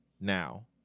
now